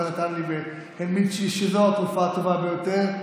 נתן לי והמליץ לי שזו התרופה הטובה ביותר.